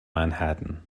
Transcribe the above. manhattan